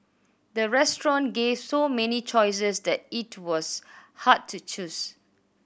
the restaurant gave so many choices that it was hard to choose